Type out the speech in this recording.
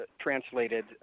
translated